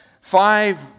five